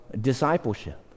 discipleship